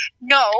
no